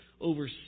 over